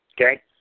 Okay